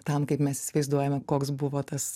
tam kaip mes įsivaizduojame koks buvo tas